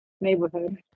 Neighborhood